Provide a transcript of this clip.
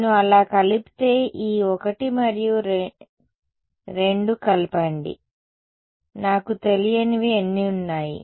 నేను అలా కలిపితే ఈ 1 మరియు ఈ 2 కలపండి నాకు తెలియనివి ఎన్ని ఉన్నాయి